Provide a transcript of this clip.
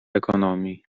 ekonomii